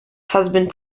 husband